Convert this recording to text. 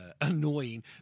annoying